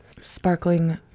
Sparkling